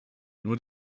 nur